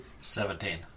Seventeen